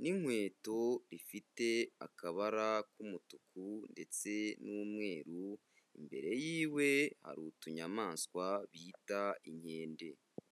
n'inkweto rifite akabara k'umutuku ndetse n'umweru imbere yiwe hari utunyamaswa bita inkende.